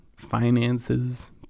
finances